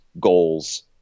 goals